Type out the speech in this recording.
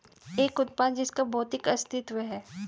एक उत्पाद जिसका भौतिक अस्तित्व है?